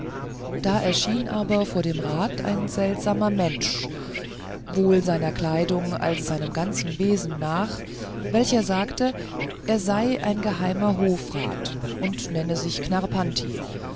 da erschien aber vor dem rat ein seltsamer mensch sowohl seiner kleidung als seinem ganzen wesen nach welcher sagte er sei geheimer hofrat und nenne sich